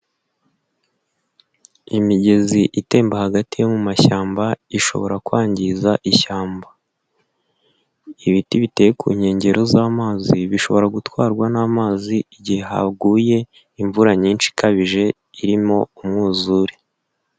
Imigezi itemba hagati yo mu mashyamba ishoboragiza ishyamba, ibiti biteye ku nkengero z'amazi bishobora gutwarwa n'amazi igihe haguye imvura nyinshibije irimo umwuzure.